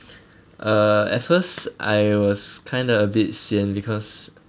uh at first I was kind of a bit sian because